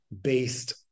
based